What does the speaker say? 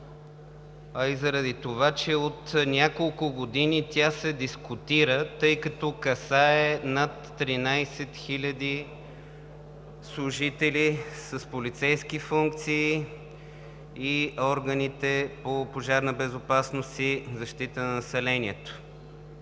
а и заради това, че от няколко години тя се дискутира, тъй като касае над 13 хиляди служители с полицейски функции и органите по пожарна безопасност и защита на населението.